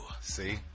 See